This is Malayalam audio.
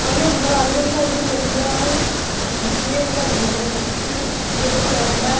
അയ്യോ നിങ്ങൾ അതിൽ ഒന്നും ഒന്നും ചെയ്യാൻ ഇങ്ങനെ ഇത് അല്ലെ നിങ്ങൾ അതിനെക്കുറിച്ച് ഇപ്പോൾത്തന്നെ വേണ്ട